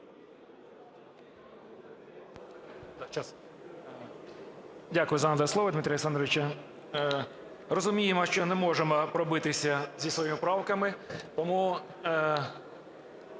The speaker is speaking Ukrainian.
Дякую за надане слово, Дмитре Олександровичу. Розуміємо, що не можемо пробитися зі своїми правками, тому